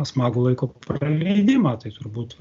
smagų laiko praleidimą tai turbūt